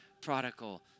prodigal